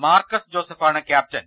Marcus ജോസഫാണ് captain